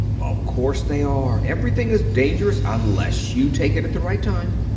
of course they are. everything is dangerous unless you take it at the right time.